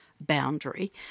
boundary